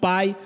Pai